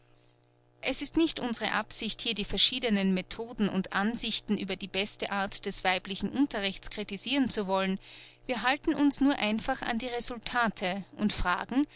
es ist nicht unsre absicht hier die verschiedenen methoden und ansichten über die beste art des weiblichen unterrichts kritisiren zu wollen wir halten uns nur einfach an die resultate und fragen